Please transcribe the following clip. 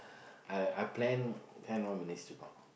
I I plan ten more minutes to talk